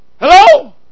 Hello